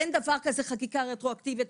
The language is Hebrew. אין דבר כזה חקיקה רטרואקטיבית.